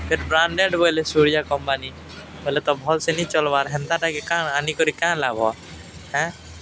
ଫିର୍ ବ୍ରାଣ୍ଡେଡ଼ ବୋଇଲେ ସୂରିୟା କମ୍ପାନୀ ବୋଇଲେ ତ ଭଲସେନି ଚଲ୍ ହେନ୍ତାଟାକେ କାଁ ଆନିକରି କାଁ ଲାଭଁ